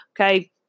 Okay